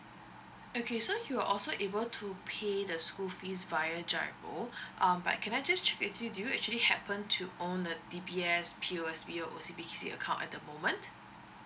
okay so you're also able to pay the school fees via G_I_R_O um but can I just check with you do you actually happen to own a D_B_S P_O_S_B O_C_B_C account at the moment